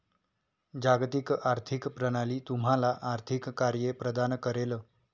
जागतिक आर्थिक प्रणाली तुम्हाला आर्थिक कार्ये प्रदान करेल